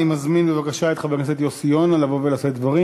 אני מזמין בבקשה את חבר הכנסת יוסי יונה לבוא ולשאת דברים.